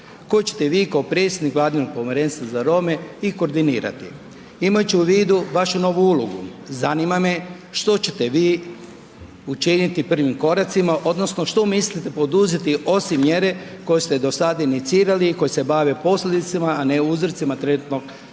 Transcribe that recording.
koje ćete vi kao predsjednik vladinog povjerenstva za Rome i koordinirati. Imajući u vidu vašu novu ulogu zanima me što ćete vi učiniti prvim koracima odnosno što mislite poduzeti osim mjere koje ste do sada inicirali koje se bave posljedic1ma, a ne uzrocima trenutnog